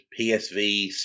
PSV